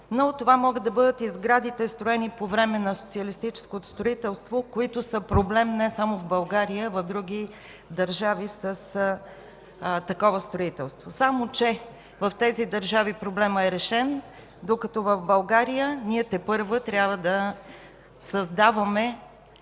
но това могат да бъдат и сградите, строени по време на социалистическото строителство, които са проблем не само в България, а и в други държави с такова строителство. Само че в тези държави проблемът е решен, докато в България ние тепърва трябва да създаваме